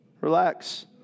Relax